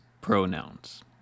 pronouns